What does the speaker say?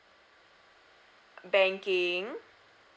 banking